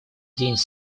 день